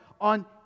on